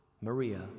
Maria